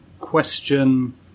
question